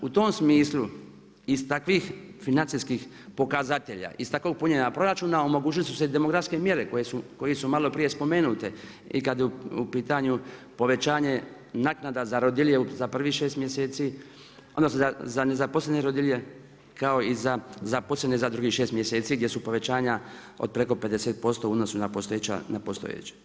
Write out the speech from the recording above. U tom smislu iz takvih financijskih pokazatelja, iz takvog punjenja proračuna omogućili su demografske mjere koje su maloprije spomenute i kad je u pitanju povećanje naknada za rodilje za prvih 6 mjeseci, onda za nezaposlene rodilje, kao i za zaposlene za drugih 6 mjeseci gdje su povećanja od preko 50% u odnosu na postojeće.